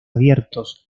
abiertos